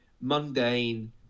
mundane